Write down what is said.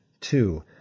Two